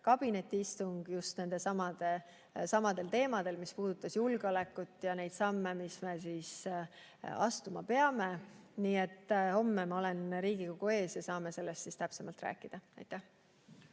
kabinetiistung just nendelsamadel teemadel. See puudutas julgeolekut ja neid samme, mis me astuma peame. Nii et homme ma olen Riigikogu ees ja siis saame sellest täpsemalt rääkida. Aitäh!